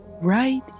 right